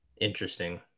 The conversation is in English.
Interesting